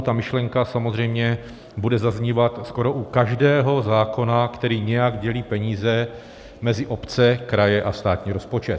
Ta myšlenka samozřejmě bude zaznívat skoro u každého zákona, který nějak dělí peníze mezi obce, kraje a státní rozpočet.